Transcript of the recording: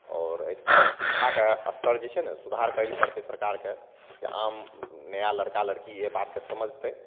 आओर एहि खातिर शिक्षाके अस्तर जे छै ने सुधार करैलए पड़तै सरकारके जे आम नया लड़का लड़की एहि बातके समझतै